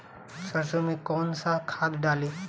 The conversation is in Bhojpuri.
सरसो में कवन सा खाद डाली?